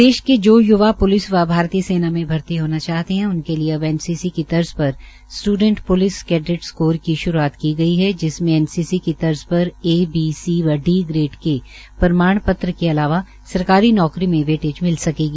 प्रदेश के जो य्वा प्लिस व भारतीय सेना में भर्ती होना चाहते हैं उनके लिए अब एनसीसी की तर्ज पर स्ट्रेंट प्लिस कैडेट्स कोर की श्रूआत की गई है जिसमें एनसीसी की तर्ज पर ए बी सी व डी ग्रेड के प्रमाण पत्र के अलावा सरकारी नौकरी में वेटेज मिल सकेंगी